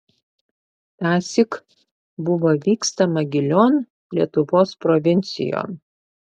tąsyk buvo vykstama gilion lietuvos provincijon